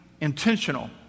intentional